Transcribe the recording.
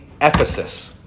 Ephesus